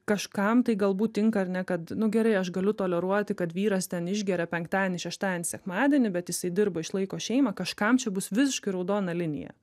kažkam tai galbūt tinka ar ne kad nu gerai aš galiu toleruoti kad vyras ten išgeria penktadienį šeštadienį sekmadienį bet jisai dirba išlaiko šeimą kažkam čia bus visiškai raudona linija